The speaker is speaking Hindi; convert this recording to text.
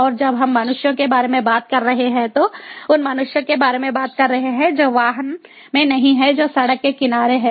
और जब हम मनुष्यों के बारे में बात कर रहे हैं तो हम उन मनुष्यों के बारे में बात कर रहे हैं जो वाहन में नहीं हैं जो सड़क के किनारे हैं